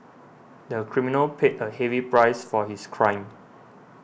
the criminal paid a heavy price for his crime